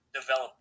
develop